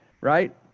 right